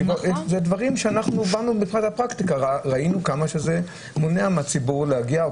זה דברים שאנחנו באנו מהפרקטיקה וראינו כמה שזה מונע מהציבור להגיע או